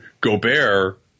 Gobert